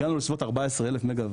הגענו לסביבות 14,000 מגה ואט.